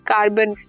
Carbon